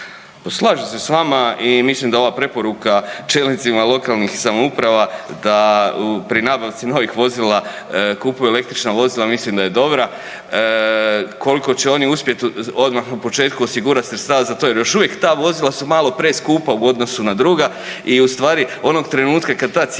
Pa slažem se s vama i mislim da ova preporuka čelnicima lokalnih samouprava, da pri nabavci novih vozila kupuje električna vozila, mislim da je dobra. Koliko će oni uspjeti odmah na početku osigurati sredstava za to jer još uvijek ta vozila su malo preskupa u odnosu na druga i ustvari, onog trenutka kad ta cijena